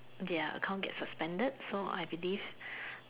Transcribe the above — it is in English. their account get suspended so I believe